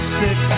six